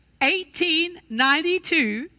1892